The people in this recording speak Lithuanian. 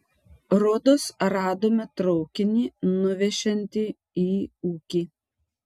rodos radome traukinį nuvešiantį į ūkį